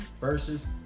versus